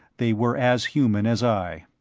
they were as human as i.